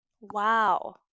Wow